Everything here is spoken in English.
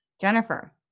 Jennifer